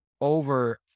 over